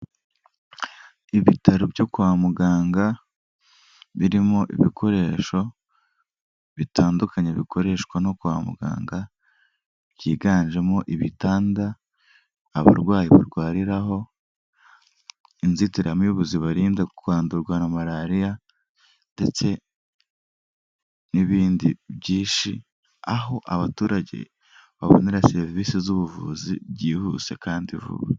Ibitaro byo kwa muganga birimo ibikoresho bitandukanye bikoreshwa no kwa muganga byiganjemo: ibitanda abarwayi barwariraho, inzitiramibu zibarinda kwandurwa na malariya ndetse n'ibindi byinshi, aho abaturage babonera serivisi z'ubuvuzi byihuse kandi vuba.